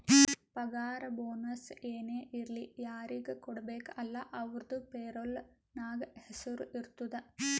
ಪಗಾರ ಬೋನಸ್ ಏನೇ ಇರ್ಲಿ ಯಾರಿಗ ಕೊಡ್ಬೇಕ ಅಲ್ಲಾ ಅವ್ರದು ಪೇರೋಲ್ ನಾಗ್ ಹೆಸುರ್ ಇರ್ತುದ್